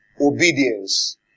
obedience